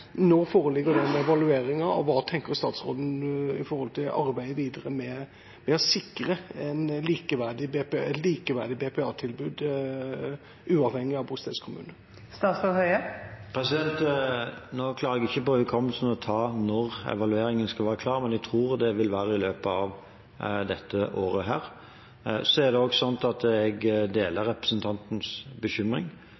arbeidet videre med å sikre et likeverdig BPA-tilbud uavhengig av bostedskommune? Nå klarer jeg ikke å ta etter hukommelsen når evalueringen skal være klar, men jeg tror det vil være i løpet av dette året. Jeg deler representantens bekymring. Vi har laget et rundskriv til ordningen som jeg mener er veldig godt, og som veldig klart tar opp i seg det som var Stortingets intensjon. Jeg